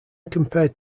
compared